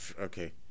Okay